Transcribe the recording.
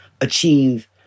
achieve